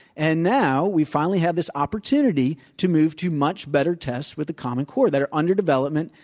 and now we finally have this opportunity to move to much better tests with the common core, that are under development,